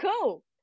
cool